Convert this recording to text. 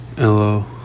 Hello